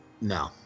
no